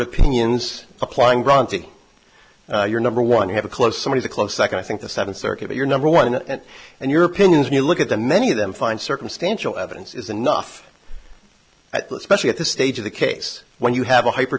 opinions applying bronte your number one you have a close somebody close second i think the seventh circuit your number one and your opinions and you look at the many of them find circumstantial evidence is enough especially at this stage of the case when you have a hyper